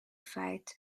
fight